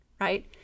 right